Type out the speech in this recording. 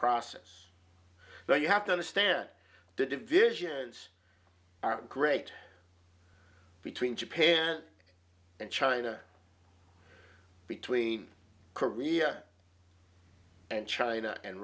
process but you have to understand the divisions aren't great between japan and china between korea and china and